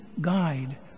guide